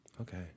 Okay